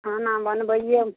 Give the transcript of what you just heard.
खाना बनबैयोमे